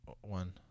One